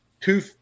two